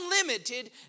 unlimited